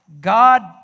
God